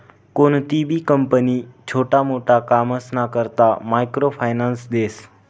कोणतीबी कंपनी छोटा मोटा कामसना करता मायक्रो फायनान्स देस